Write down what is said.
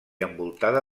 envoltada